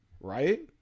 right